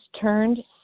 turned